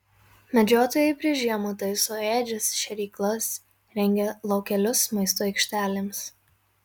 medžiotojai prieš žiemą taiso ėdžias šėryklas rengia laukelius maisto aikštelėms